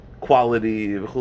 quality